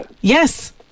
yes